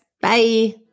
Bye